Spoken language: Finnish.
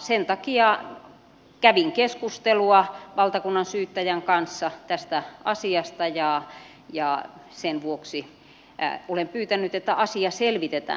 sen takia kävin keskustelua valtakunnansyyttäjän kanssa tästä asiasta ja sen vuoksi olen pyytänyt että asia selvitetään